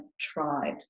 tried